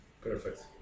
Perfect